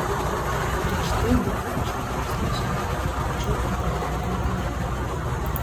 prieš tai dukart šio tikslo šiam ekipažui įgyvendinti nepavyko